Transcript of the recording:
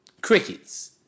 Crickets